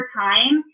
time